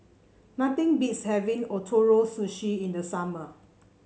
nothing beats having Ootoro Sushi in the summer